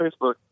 Facebook